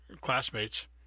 classmates